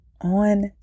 on